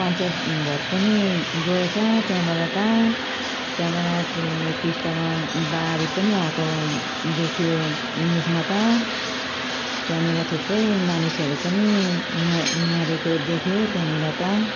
पञ्चायत भोट पनि गएछ त्यहाँबाट त त्यहाँबाट त्यो टिस्टामा बाढी पनि आएको देखियो न्युजमा त त्यहाँनिर थुप्रै मानिसहरू पनि मर मरेको देखियो त्यहाँनिर त